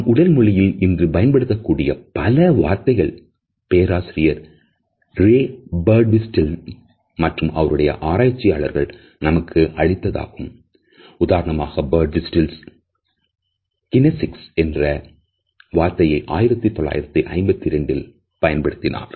நாம் உடல் மொழியில் இன்று பயன்படுத்தக்கூடிய பல வார்த்தைகள் பேராசிரியர் ரே பார்டுவிஸ்டைல் மற்றும் அவருடைய ஆராய்ச்சியாளர்கள் நமக்கு அளித்த உதாரணமாக பார்டுவிஸ்டைல் kinesics என்ற வார்த்தையை 1952ல் பயன்படுத்தினார்